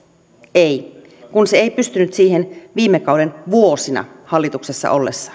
ei kun se ei pystynyt siihen viime kauden vuosina hallituksessa ollessaan